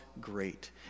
great